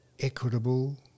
equitable